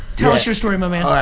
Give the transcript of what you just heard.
tell us your story, my man. like